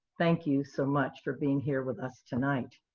thank you so much for being here with us tonight.